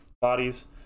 bodies